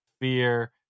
fear